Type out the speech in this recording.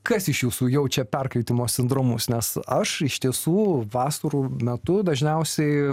kas iš jūsų jaučia perkaitimo sindromus nes aš iš tiesų vasarų metu dažniausiai